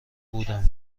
بودم